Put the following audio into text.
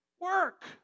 work